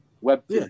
Web